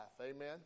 Amen